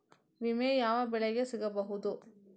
ವಿಮೆ ಯಾವ ಬೆಳೆಗೆ ಸಿಗಬಹುದು?